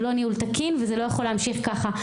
זה לא ניהול תקין וזה לא יכול להמשיך ככה.